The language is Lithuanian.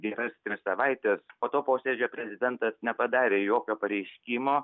geras tris savaites po to posėdžio prezidentas nepadarė jokio pareiškimo